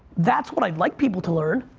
that's what i'd like people to learn,